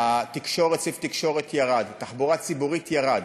סעיף התקשורת ירד, תחבורה ציבורית, ירד.